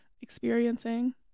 experiencing